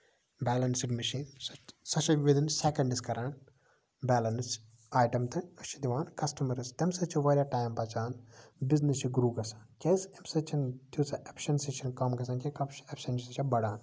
balanced machine سۄ چھِ سۄ چھِ وِدن سیکینڈٔس کران بیلَنٔس آیٹم تہٕ أسۍ چھِ دِوان کَسٹَمَرَس تَمہِ سۭتۍ چھُ واریاہ ٹایم بَچان بِزنِس چھُ گرو گژھان کیازِ اَمہِ سۭتۍ چھِنہٕ تیٖژاہ ایفشینسی چھےٚ نہٕ کَم گژھان کیٚنہہ اٮ۪فشینسی چھےٚ بَڑان